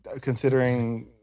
considering